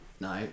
No